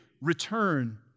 return